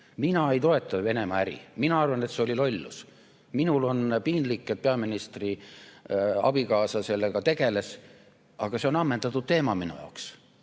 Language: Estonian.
Mina ei toeta Venemaa-äri, mina arvan, et see oli lollus. Minul on piinlik, et peaministri abikaasa sellega tegeles, aga see on ammendatud teema minu jaoks.